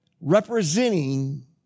Representing